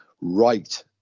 right